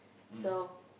so